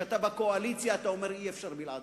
וכשאתה בקואליציה אתה אומר שאי-אפשר בלעדיו.